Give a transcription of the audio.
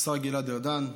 השר גלעד ארדן,